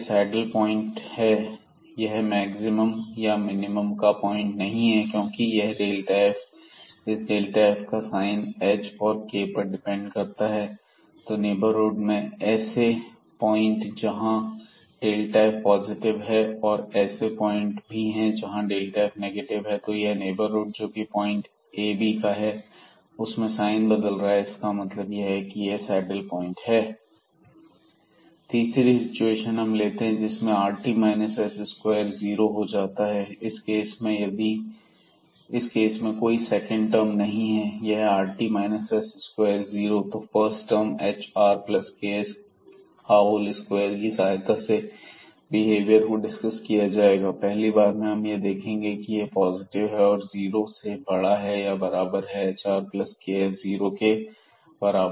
तो यह saddle point है यह मैक्सिमम या मिनिमम का पॉइंट नहीं है क्योंकि यह f इस f का साइन h और k पर डिपेंड करता है तो नेबरहुड में ऐसे पॉइंट हैं जहां f पॉजिटिव है और ऐसे पॉइंट भी हैं जहां f नेगेटिव है तो यह नेबर हुड में जो कि पॉइंट ab का है उसमें साइन बदल रहा है इसका मतलब यह है कि यह सैडल पॉइंट है तीसरी सिचुएशन हम लेते हैं जिसमें rt s20 इस केस में कोई सेकंड टर्म नहीं है यहां rt s20 तो यह फर्स्ट टर्म hrks2 की सहायता से बिहेवियर को डिस्कस किया जाएगा पहली बार में हम यह देखेंगे कि यह पॉजिटिव है और जीरो से बड़ा या बराबर है hrks जीरो के बराबर है